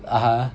(uh huh)